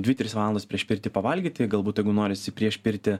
dvi tris valandas prieš pirtį pavalgyti galbūt jeigu norisi prieš pirtį